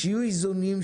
שיהיו איזונים,